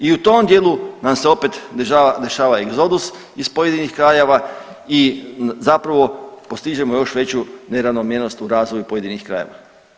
I u tom dijelu nam se opet dešava egzodus iz pojedinih krajeva i zapravo postižemo još veću neravnomjernost u razvoju pojedinih krajeva.